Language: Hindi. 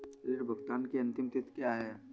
ऋण भुगतान की अंतिम तिथि क्या है?